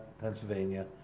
Pennsylvania